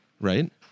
right